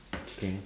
okay